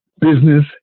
business